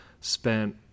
spent